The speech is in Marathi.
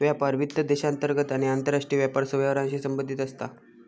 व्यापार वित्त देशांतर्गत आणि आंतरराष्ट्रीय व्यापार व्यवहारांशी संबंधित असता